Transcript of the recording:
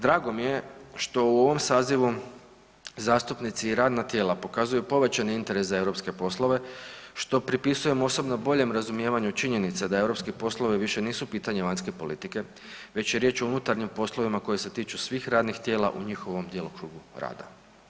Drago mi je što u ovom sazivu zastupnici i radna tijela pokazuju povećani interes za europske poslove što pripisujem osobno boljem razumijevanju činjenica da europski poslovni više nisu pitanje vanjske politike, već je riječ o unutarnjim poslovima koji se tiču svih radnih tijela u njihovom djelokrugu rada.